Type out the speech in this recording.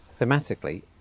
thematically